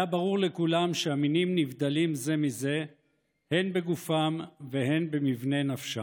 היה ברור לכולם שהמינים נבדלים זה מזה הן בגופם והן במבנה נפשם.